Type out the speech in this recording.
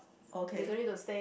okay